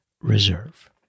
Reserve